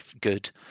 good